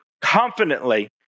confidently